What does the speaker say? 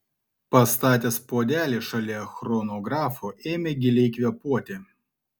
pastatęs puodelį šalia chronografo ėmė giliai kvėpuoti